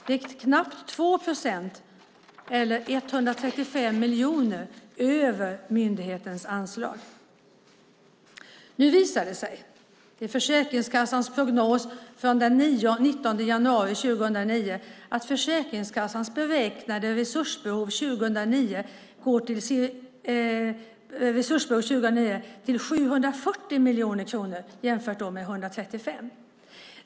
Det är knappt 2 procent, eller 135 miljoner, över myndighetens anslag. Nu visar det sig, i Försäkringskassans prognos från den 19 januari 2009, att Försäkringskassans beräknar resursbehovet 2009 till 740 miljoner kronor, jämfört med 135 miljoner.